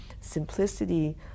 Simplicity